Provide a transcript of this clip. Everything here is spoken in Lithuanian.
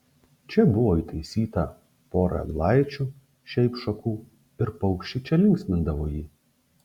čia buvo įtaisyta pora eglaičių šiaip šakų ir paukščiai čia linksmindavo jį